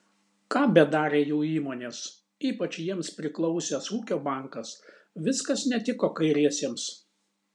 ką bedarė jų įmonės ypač jiems priklausęs ūkio bankas viskas netiko kairiesiems